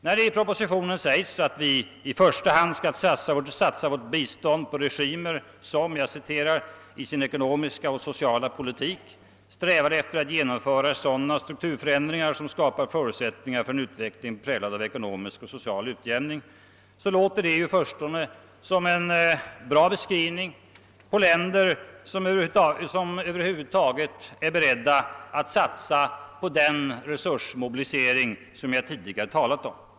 När det i propositionen sägs att vi i första hand skall satsa vårt bistånd på regimer som ”i sin ekonomiska och sociala politik strävar efter att genomföra sådana strukturförändringar som skapar förutsättningar för en utveckling präglad av ekonomisk och social utjämning”, låter det i förstone som en bra beskrivning på länder som över huvud taget är beredda att satsa på den resursmobilisering som jag tidigare talat om.